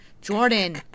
Jordan